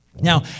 Now